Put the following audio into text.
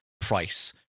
price